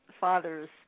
father's